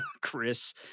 Chris